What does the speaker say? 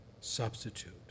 substitute